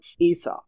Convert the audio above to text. Esau